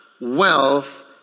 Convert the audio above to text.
wealth